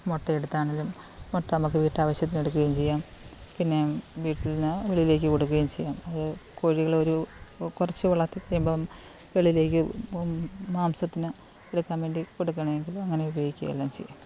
മുട്ട എടുത്താണെങ്കിലും മുട്ട നമുക്ക് വീട്ടാവിശ്യത്തിനെടുക്കുകയും ചെയ്യാം പിന്നെ വീട്ടിൽ നിന്ന് വെളിയിലേക്ക് കൊടുക്കുകയും ചെയ്യാം അത് കോഴികളെ ഒരു കുറച്ച് വളർത്തി കഴിയുമ്പം വെളിയിലേക്ക് മാംസത്തിന് എടുക്കാൻ വേണ്ടി കൊടുക്കുകയാണേലും അങ്ങനെ ഉപയോഗിക്കുകയും എല്ലാം ചെയ്യാം